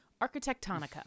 Architectonica